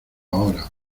ahora